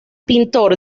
pintor